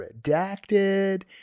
redacted